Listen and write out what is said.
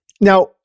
Now